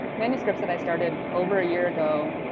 manuscripts that i started over a year ago.